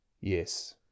Yes